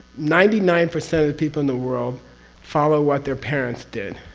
ninety nine percent of the people in the world follow what their parents did,